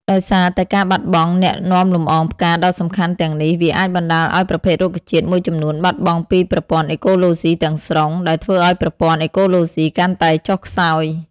ដោយសារតែការបាត់បង់អ្នកនាំលំអងផ្កាដ៏សំខាន់ទាំងនេះ វាអាចបណ្តាលឲ្យប្រភេទរុក្ខជាតិមួយចំនួនបាត់បង់ពីប្រព័ន្ធអេកូឡូស៊ីទាំងស្រុង ដែលធ្វើឲ្យប្រព័ន្ធអេកូឡូស៊ីកាន់តែចុះខ្សោយ។